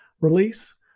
release